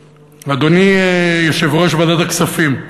אדוני, יושב-ראש ועדת הכספים,